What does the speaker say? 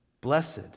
Blessed